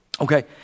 Okay